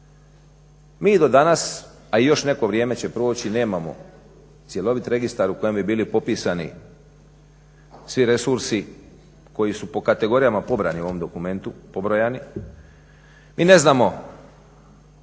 Mi do danas, a i još neko vrijeme će proći, nemamo cjelovit registar u kojem bi bili popisani svi resursi koji su po kategorijama pobrojani u ovom dokumentu. Mi ne znamo